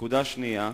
נקודה שנייה,